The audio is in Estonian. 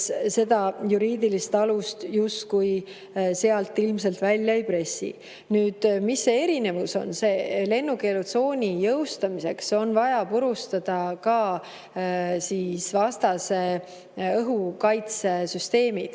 seda juriidilist alust justkui sealt ilmselt välja ei pressi. Nüüd, mis see erinevus on? Lennukeelutsooni jõustamiseks on vaja purustada ka vastase õhukaitsesüsteemid,